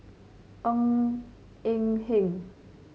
Ng Eng Hen